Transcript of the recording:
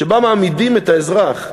שבה מעמידים את האזרח,